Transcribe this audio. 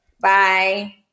Bye